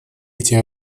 эти